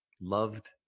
loved